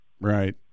Right